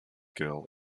girl